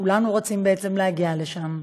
כולנו רוצים להגיע לשם,